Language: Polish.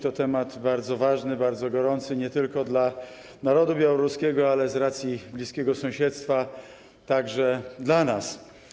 To temat bardzo ważny, bardzo gorący nie tylko dla narodu białoruskiego, ale i - z racji bliskiego sąsiedztwa - także dla nas.